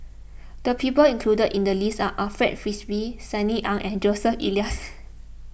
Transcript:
the people included in the list are Alfred Frisby Sunny Ang and Joseph Elias